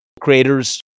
creators